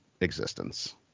existence